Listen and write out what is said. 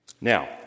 Now